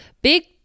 big